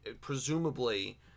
presumably